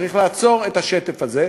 צריך לעצור את השטף הזה.